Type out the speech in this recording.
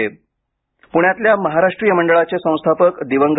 प्ण्यातल्या महाराष्ट्रीय मंडळाचे संस्थापक कै